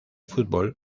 football